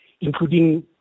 including